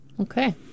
Okay